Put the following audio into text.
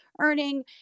earning